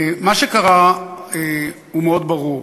מה שקרה הוא מאוד ברור.